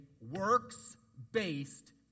works-based